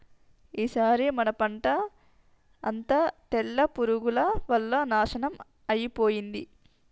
ఈసారి మన పంట అంతా తెల్ల పురుగుల వల్ల నాశనం అయిపోయింది